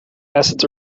acids